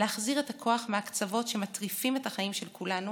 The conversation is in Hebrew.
להחזיר את הכוח מהקצוות שמטריפים את החיים של כולנו